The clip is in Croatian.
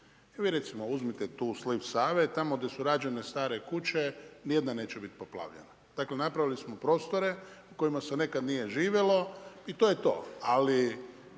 vi recimo uzmite tu sliv Save, tamo gdje su rađene stare kuće, niti jedna neće biti poplavljena. Dakle napravili smo prostore u kojima se nekad nije živjelo i to je to. Ali